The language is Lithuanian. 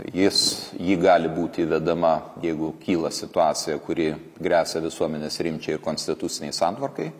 jis ji gali būti įvedama jeigu kyla situacija kuri gresia visuomenės rimčiai ir konstitucinei santvarkai